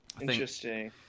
interesting